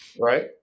Right